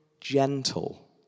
gentle